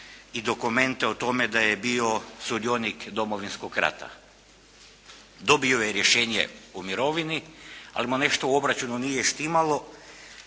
i dokumente o tome da je bio sudionik Domovinskog rata. Dobio je rješenje o mirovini, ali mu nešto u obračunu nije štimalo,